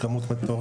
זוהי כמות מטורפת.